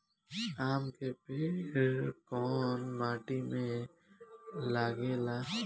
आम के पेड़ कोउन माटी में लागे ला?